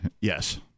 yes